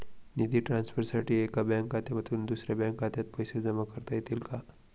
निधी ट्रान्सफरसाठी एका बँक खात्यातून दुसऱ्या बँक खात्यात पैसे जमा करता येतील का?